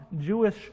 Jewish